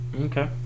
Okay